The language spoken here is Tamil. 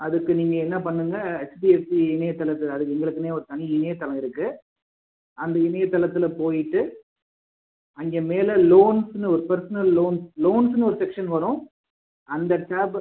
அதுக்கு நீங்க என்ன பண்ணுங்க ஹெச்டிஎஃப்சி இணையதளத்தில் அது எங்களுக்குனே ஒரு தனி இணையதளம் இருக்குது அந்த இணையதளத்தில் போயிட்டு அங்கே மேலே லோன்ஸ்னு வரும் பர்ஸ்னல் லோன்ஸ் லோன்ஸ்னு ஒரு செக்ஷன் வரும் அந்த டேப்பை